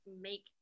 make